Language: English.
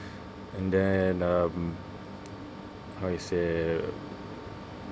and then um how you say